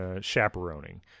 chaperoning